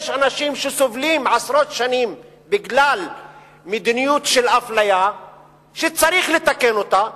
יש אנשים שסובלים עשרות שנים בגלל מדיניות של אפליה שצריך לתקן אותה,